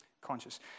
conscious